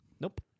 Nope